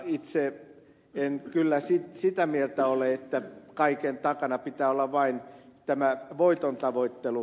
itse en kyllä sitä mieltä ole että kaiken takana pitää olla vain voiton tavoittelu